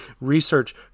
research